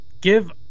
give